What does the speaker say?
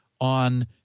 on